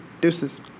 deuces